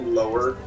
lower